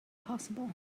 possible